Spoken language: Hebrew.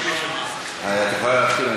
את יכולה להתחיל.